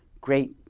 Great